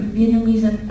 Vietnamese